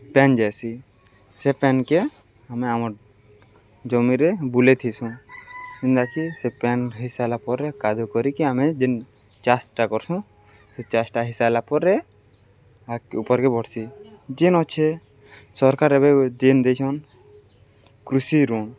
ପାଏନ୍ ଯାଏସି ସେ ପାଏନ୍କେ ଆମେ ଆମର୍ ଜମିରେ ବୁଲେଇଥିସୁଁ ଯେନ୍ତାକି ସେ ପାଏନ୍ ହେଇସାର୍ଲା ପରେ କାଦୋ କରିକି ଆମେ ଯେନ୍ ଚାଷ୍ଟା କର୍ସୁଁ ସେ ଚାଷ୍ଟା ହେଇସାଏଲା ପରେ ଆଗ୍ ଉପର୍କେ ବଢ଼୍ସି ଯେନ୍ ଅଛେ ସର୍କାର୍ ଏବେ ଯେନ୍ ଦେଇଛନ୍ କୃଷି ଋଣ୍